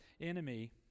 enemy